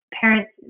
parents